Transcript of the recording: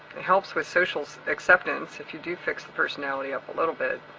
it helps with social acceptance if you do fix the personality up a little bit,